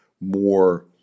more